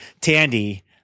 Tandy